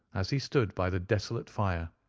as he stood by the desolate fire,